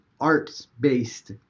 arts-based